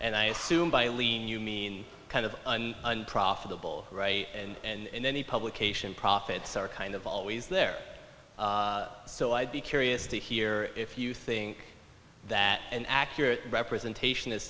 and i assume by lean you mean kind of profitable right and then the publication profits are kind of always there so i'd be curious to hear if you think that an accurate representation is